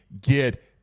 get